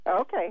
Okay